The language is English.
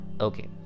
Okay